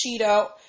Cheeto